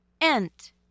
Ent